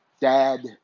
dad